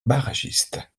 barragiste